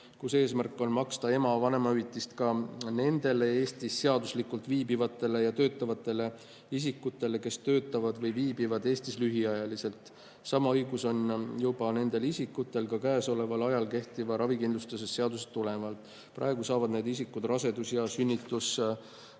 Eesmärk on maksta ema vanemahüvitist ka nendele Eestis seaduslikult viibivatele ja töötavatele isikutele, kes töötavad või viibivad Eestis lühiajaliselt. Sama õigus on nendel isikutel ka käesoleval ajal kehtivast ravikindlustuse seadusest tulenevalt. Praegu saavad need isikud rasedus‑ ja sünnituspuhkust